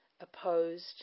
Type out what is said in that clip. opposed